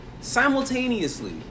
Simultaneously